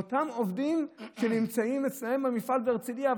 משל אותם עובדים שנמצאים אצלם במפעל בהרצליה.